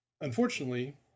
Unfortunately